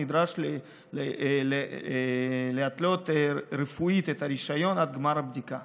נדרש להתלות רפואית את הרישיון עד גמר הבדיקות.